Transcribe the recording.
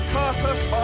purpose